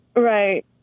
Right